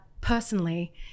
personally